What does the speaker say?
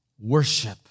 worship